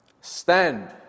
Stand